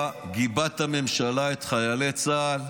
בא, גיבה את הממשלה, את חיילי צה"ל,